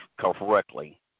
correctly